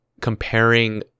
comparing